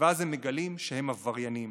ואז הם מגלים שהם עבריינים.